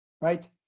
right